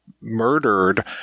murdered